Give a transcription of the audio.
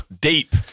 Deep